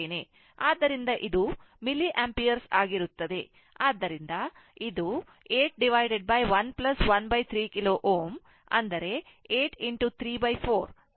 ಆದ್ದರಿಂದ ಇದು mA ಆಗಿರುತ್ತದೆ ಆದ್ದರಿಂದ ಇದು 8 1 13 K Ω 83 4 ಅಂದರೆ 6 mA ಆಗಿರುತ್ತದೆ